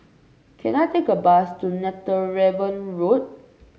can I take a bus to Netheravon Road